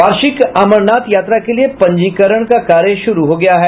वार्षिक अमरनाथ यात्रा के लिए पंजीकरण का कार्य शुरू हो गया है